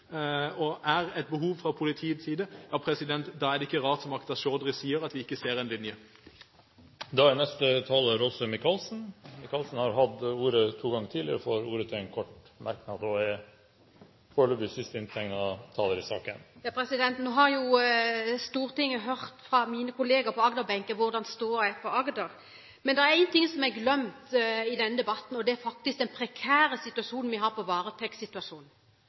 er et behov fra politiets side, ja da er det ikke rart, som Akhtar Chaudhry sier, at vi ikke ser en linje. Åse Michaelsen har hatt ordet to ganger tidligere og får ordet til en kort merknad, begrenset til 1 minutt. Nå har Stortinget hørt fra mine kolleger på Agder-benken hvordan stoda er i Agder. Men det er én ting som er glemt i denne debatten, og det er faktisk det prekære i varetektssituasjonen. Dette gjelder over hele landet, ikke bare i Agder, hvor en